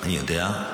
אני יודע,